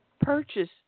purchase